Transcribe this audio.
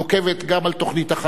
גם על תוכנית החלוקה,